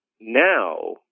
now